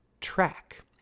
track